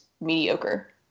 mediocre